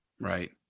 Right